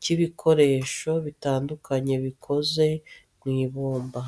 ry'ibikoresho bitandukanye bikoze mu ibumba.